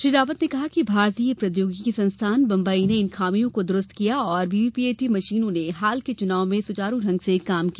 श्री रावत ने कहा कि भारतीय प्रौद्योगिकी संस्थान बम्बई ने इन खामियों को दुरुस्त किया और वीवीपीएटी मशीनों ने हाल के चुनाव में सुचारू ढंग से काम किया